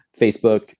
Facebook